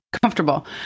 comfortable